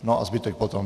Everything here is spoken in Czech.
A zbytek potom.